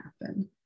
happen